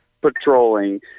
patrolling